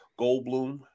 Goldblum